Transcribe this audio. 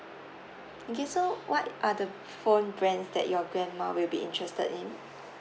okay so what are the phone brands that your grandma will be interested in